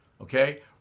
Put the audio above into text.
Okay